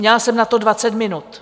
Měla jsem na to dvacet minut.